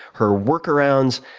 her workarounds,